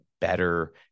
better